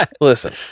listen